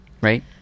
Right